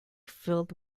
filled